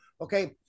Okay